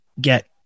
get